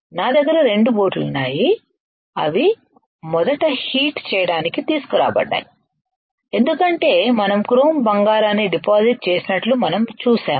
నా దగ్గర రెండు బోట్లు ఉన్నాయి అవి మొదట హీట్ చేయడానికి తీసుకురాబడ్డాయి ఎందుకంటే మనం క్రోమ్ బంగారాన్ని డిపాజిట్ చేసినట్లు మనం చూశాము